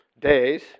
days